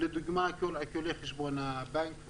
כמו עיקול חשבון בנק,